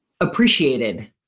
appreciated